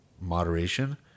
moderation